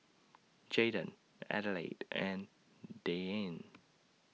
Jaden Adelaide and Deane